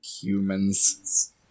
humans